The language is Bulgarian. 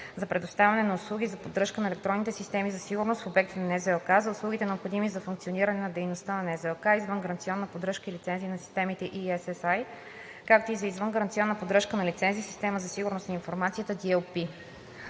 за предоставяне на услуги за поддръжка на електронните системи за сигурност в обектите на НЗОК, за услугите, необходими за функциониране на дейността на НЗОК и извънгаранционна поддръжка и лицензи за системата EESSI, както и за извънгаранционна поддръжка и лицензи за „Система за сигурност на информацията –